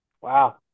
Wow